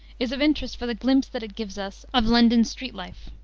is of interest for the glimpse that it gives us of london street life.